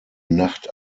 nacht